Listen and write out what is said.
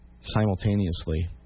simultaneously